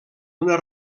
una